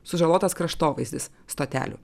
sužalotas kraštovaizdis stotelių